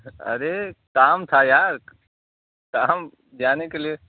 अरे काम था यार काम जाने के लिए